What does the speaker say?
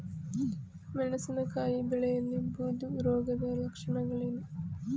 ಮೆಣಸಿನಕಾಯಿ ಬೆಳೆಯಲ್ಲಿ ಬೂದು ರೋಗದ ಲಕ್ಷಣಗಳೇನು?